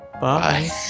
Bye